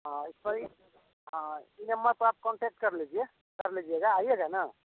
हाँ इस पर ही हाँ यह नंबर पर आप कांटेक्ट कर लीजिए कर लीजिएगा आइएगा ना